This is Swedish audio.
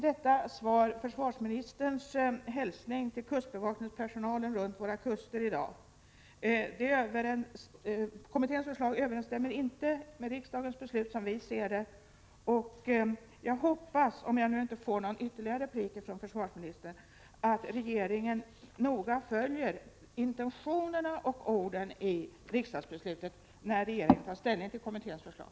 Detta svar är försvarsministerns hälsning till kustbevakningspersonalen runt våra kuster i dag. Kommitténs förslag överensstämmer inte, som vi ser det, med riksdagens beslut. Jag vill nu säga om jag inte får någon replik från försvarsministern, att jag hoppas att regeringen noga följer intentionerna och orden i riksdagsbeslutet när det gäller att ta ställning till kommitténs förslag.